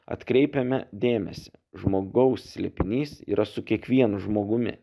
atkreipiame dėmesį žmogaus slėpinys yra su kiekvienu žmogumi